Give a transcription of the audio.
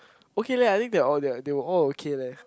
okay leh I think they are all they are they were all okay leh